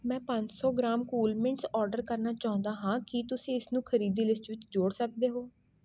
ਮੈਂ ਪੰਜ ਸੌ ਗ੍ਰਾਮ ਕੂਲਮਿੰਟਸ ਔਡਰ ਕਰਨਾ ਚਾਹੁੰਦਾ ਹਾਂ ਕੀ ਤੁਸੀਂ ਇਸਨੂੰ ਖਰੀਦੀ ਲਿਸਟ ਵਿੱਚ ਜੋੜ ਸਕਦੇ ਹੋ